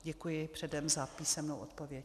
Děkuji předem za písemnou odpověď.